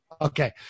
Okay